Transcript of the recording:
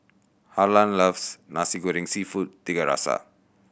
Harlan loves Nasi Goreng Seafood Tiga Rasa